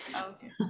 Okay